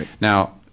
Now